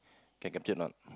can capture or not